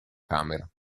camera